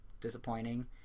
disappointing